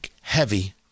heavy